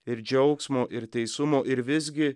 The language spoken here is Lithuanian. ir džiaugsmo ir teisumo ir visgi